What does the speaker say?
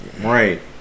Right